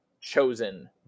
chosen